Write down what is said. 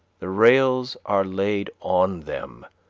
the rails are laid on them,